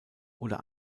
oder